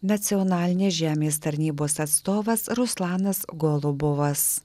nacionalinės žemės tarnybos atstovas ruslanas golubovas